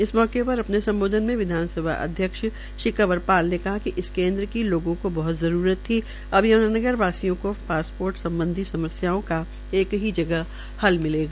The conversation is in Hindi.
इस मौके पर अपने सम्बोधन में विधानसभा अध्यक्ष श्री कंवर पाल ने कहा कि इस केन्द्र की लोगों को बहत जरूरत थी अब यम्नानगर वासियों को पासपोर्ट सम्बधी समस्याओं का एक ही जगह हल हो सकेगा